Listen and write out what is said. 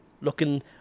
looking